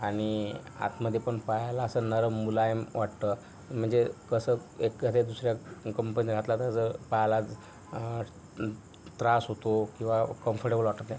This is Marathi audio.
आणि आतमध्ये पण पाहायला असं नरम मुलायम वाटतं म्हणजे कसं एखाद्या दुसऱ्या कंपनी घातला तर पायाला त्रास होतो किंवा कम्फर्टेबल वाटत नाही